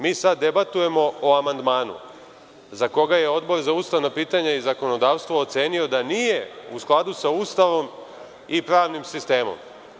Mi sada debatujemo o amandmanu za koga je Odbor za ustavna pitanja i zakonodavstvo ocenio da nije u skladu sa Ustavom i pravnim sistemom.